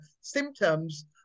symptoms